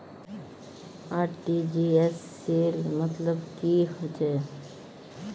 RTGS सेल मतलब की होचए?